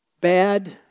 bad